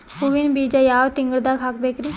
ಹೂವಿನ ಬೀಜ ಯಾವ ತಿಂಗಳ್ದಾಗ್ ಹಾಕ್ಬೇಕರಿ?